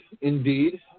indeed